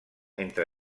entre